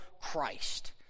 Christ